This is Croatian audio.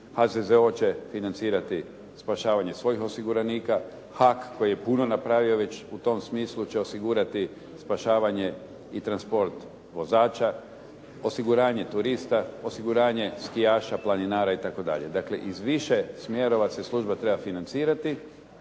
HZZO će financirati spašavanje svojih osiguranika, HAK koji je puno napravio već u tom smislu će osigurati spašavanje i transport vozača, osiguranje turista, osiguranje skijaša, planinara itd. Dakle, iz više smjerova se služba treba financirati.